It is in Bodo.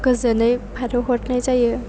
गोजोनै बारहोहरनाय जायो